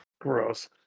Gross